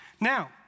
Now